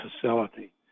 facility